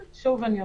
שוב אני אומרת,